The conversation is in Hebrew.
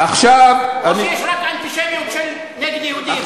או שיש רק אנטישמיות נגד יהודים?